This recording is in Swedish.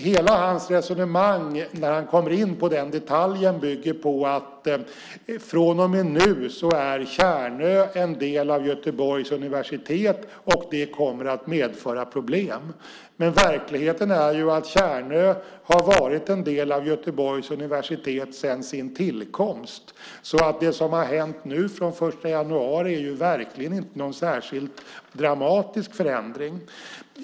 Hela hans resonemang när han kommer in på denna detalj bygger på att från och med nu är Tjärnö en del av Göteborgs universitet, och det kommer att medföra problem. Verkligheten är att Tjärnö har varit en del av Göteborgs universitet sedan sin tillkomst. Det som har hänt från den 1 januari är verkligen inte någon särskilt dramatisk förändring.